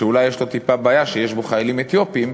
שאולי יש בו טיפה בעיה לחיילים אתיופים,